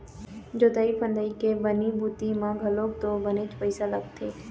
जोंतई फंदई के बनी भूथी म घलोक तो बनेच पइसा लगथे